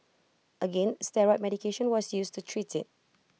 again steroid medication was used to treat IT